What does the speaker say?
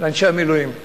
לאנשי המילואים: